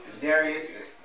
Darius